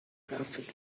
traffic